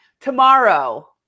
Tomorrow